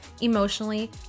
emotionally